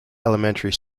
elementary